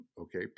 Okay